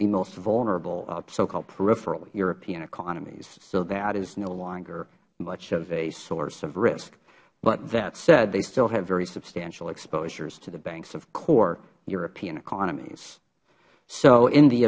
the most vulnerable socalled peripheral european economies so that is no longer much of a source of risk but that said they still have very substantial exposures to the banks of core european economies so in the